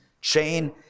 chain